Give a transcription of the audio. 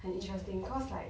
很 interesting cause like